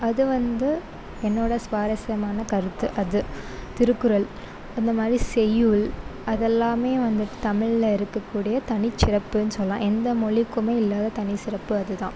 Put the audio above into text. அது வந்து என்னோட சுவாரஸ்யமான கருத்து அது திருக்குறள் அந்தமாதிரி செய்யுள் அதெல்லாமே வந்துவிட்டு தமிழில் இருக்கக்கூடிய தனிச்சிறப்புன்னு சொல்லலாம் எந்த மொழிக்குமே இல்லாத தனி சிறப்பு அதுதான்